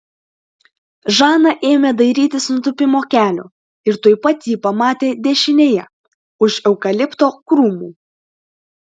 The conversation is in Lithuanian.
žana ėmė dairytis nutūpimo kelio ir tuoj pat jį pamatė dešinėje už eukalipto krūmų